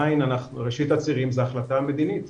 ראשית הצעירים זה החלטה מדינית,